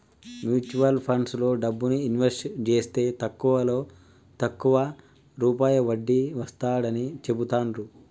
mutual ఫండ్లలో డబ్బుని invest జేస్తే తక్కువలో తక్కువ రూపాయి వడ్డీ వస్తాడని చెబుతాండ్రు